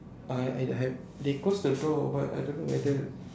I I I they close the door but I don't know whether